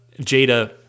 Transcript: Jada